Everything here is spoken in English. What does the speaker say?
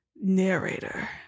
narrator